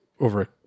over